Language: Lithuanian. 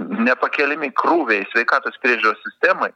nepakeliami krūviai sveikatos priežiūros sistemoj